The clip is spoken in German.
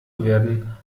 werden